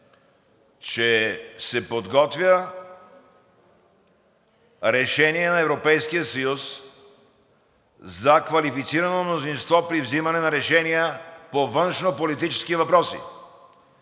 Подготвя се решение на Европейския съюз за квалифицирано мнозинство при взимане на решения по външнополитически въпроси